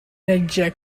and